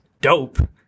dope